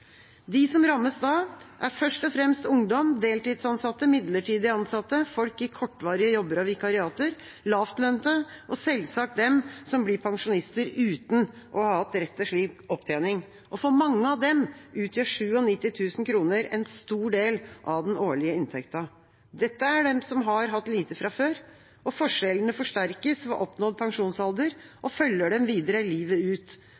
De som rammes da, er først og fremst ungdom, deltidsansatte, midlertidig ansatte, folk i kortvarige jobber og vikariater, lavlønte og selvsagt de som blir pensjonister, uten å ha hatt rett til slik opptjening. For mange av dem utgjør 97 000 kr en stor del av den årlige inntekta. Dette er de som har hatt lite fra før. Forskjellene forsterkes ved oppnådd pensjonsalder og følger dem videre, livet ut.